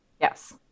Yes